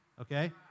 Okay